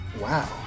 Wow